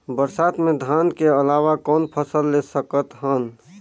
बरसात मे धान के अलावा कौन फसल ले सकत हन?